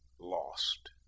lost